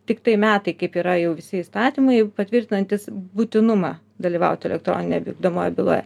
tiktai metai kaip yra jau visi įstatymai patvirtinantys būtinumą dalyvauti elektroninėje vykdomoje byloje